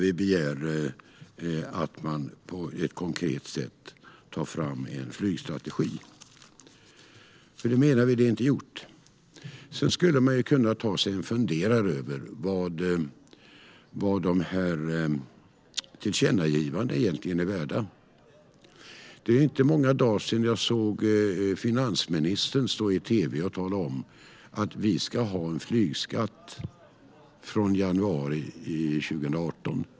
Vi begär att man på ett konkret sätt tar fram en flygstrategi, för vi menar att det inte är gjort. Sedan skulle man kunna ta sig en funderare när det gäller vad de här tillkännagivandena egentligen är värda. Det är inte många dagar sedan jag såg finansministern stå i tv och tala om att vi ska ha en flygskatt från januari 2018.